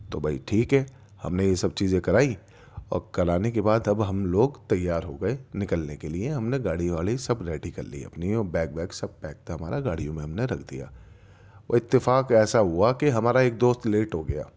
تو بھائی ٹھیک ہے ہم نے یہ سب چیزیں کرائی اور کل آنے کی بات اب ہم لوگ تیار ہو گئے نکلنے کے لئے ہم نے گاڑی واڑی سب ریڈی کر لی اپنی اور بیگ ویگ سب پیک تھا ہمارا گاڑیوں میں ہم نے رکھ دیا وہ اتفاق ایسا ہُوا کہ ہمارا ایک دوست لیٹ ہو گیا